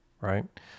right